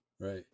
right